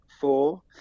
four